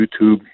YouTube